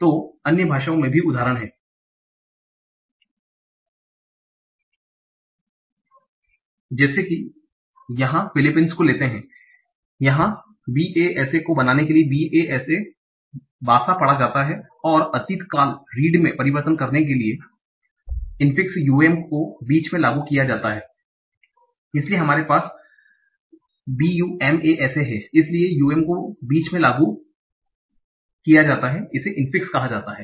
तो अन्य भाषाओं में भी उदाहरण हैं जैसे कि यहाँ फिलीपींस को लेते हैं यहा basa को इसे बनाने के लिए b a s a पढ़ा जाता है और अतीत काल रीड में परिवर्तित करने के लिए infix u m को बीच में लागू किया जाता है इसलिए हमारे पास b u m a s a है इसलिए u m को बीच में लागू किया जाता है जिसे infix इनफ़िक्स कहा जाता है